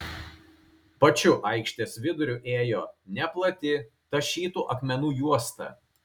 pačiu aikštės viduriu ėjo neplati tašytų akmenų juosta